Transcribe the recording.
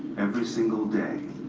every single day,